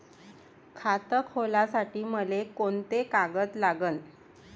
खात खोलासाठी मले कोंते कागद लागन?